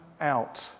out